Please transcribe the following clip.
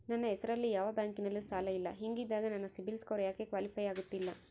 ನನ್ನ ಹೆಸರಲ್ಲಿ ಯಾವ ಬ್ಯಾಂಕಿನಲ್ಲೂ ಸಾಲ ಇಲ್ಲ ಹಿಂಗಿದ್ದಾಗ ನನ್ನ ಸಿಬಿಲ್ ಸ್ಕೋರ್ ಯಾಕೆ ಕ್ವಾಲಿಫೈ ಆಗುತ್ತಿಲ್ಲ?